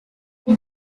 they